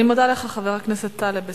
אני מודה לך, חבר הכנסת טלב אלסאנע.